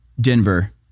Denver